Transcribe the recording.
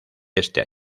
este